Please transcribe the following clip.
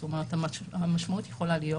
זאת אומרת: המשמעות יכולה להיות